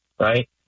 right